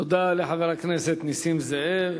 תודה לחבר הכנסת נסים זאב.